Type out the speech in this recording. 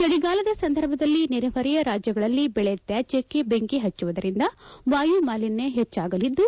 ಚಳಿಗಾಲದ ಸಂದರ್ಭದಲ್ಲಿ ನೆರೆಹೊರೆಯ ರಾಜ್ಯಗಳಲ್ಲಿ ಬೆಳೆ ತ್ಯಾಜ್ಯಕ್ಕೆ ಬೆಂಕಿ ಹಚ್ಚುವುದರಿಂದ ವಾಯುಮಾಲೀನ್ಯ ಹೆಚ್ಚಾಗಲಿದ್ದು